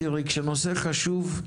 תראי, כשנושא חשוב,